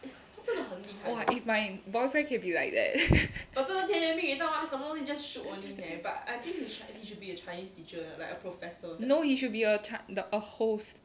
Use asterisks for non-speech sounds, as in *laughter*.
!wah! if my my boyfriend can be like that *laughs* no he should be a chi~ a host